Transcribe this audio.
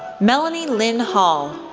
melanie lynn hall,